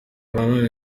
nanone